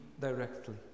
directly